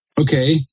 Okay